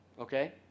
okay